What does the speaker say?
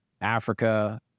Africa